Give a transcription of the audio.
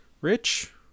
rich